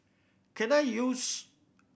can I use